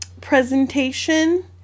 presentation